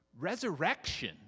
Resurrection